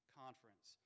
conference